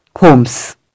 homes